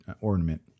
ornament